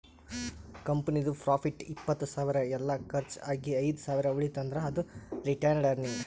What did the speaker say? ಕಂಪನಿದು ಪ್ರಾಫಿಟ್ ಇಪ್ಪತ್ತ್ ಸಾವಿರ ಎಲ್ಲಾ ಕರ್ಚ್ ಆಗಿ ಐದ್ ಸಾವಿರ ಉಳಿತಂದ್ರ್ ಅದು ರಿಟೈನ್ಡ್ ಅರ್ನಿಂಗ್